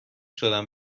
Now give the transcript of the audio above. شدن